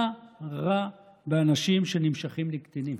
מה רע באנשים שנמשכים לקטינים?